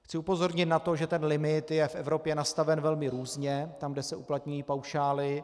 Chci upozornit na to, že ten limit je v Evropě nastaven velmi různě, tam kde se uplatňují paušály.